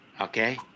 Okay